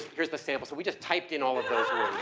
here's the sample. so we just typed in all of